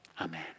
Amen